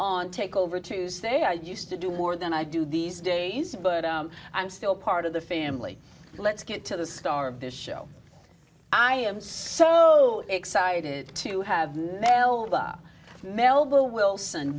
on takeover tuesday i used to do more than i do these days but i'm still part of the family let's get to the star of this show i am so excited to have melba melba wilson